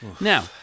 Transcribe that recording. Now